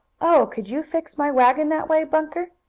oh, could you fix my wagon that way, bunker?